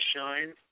shine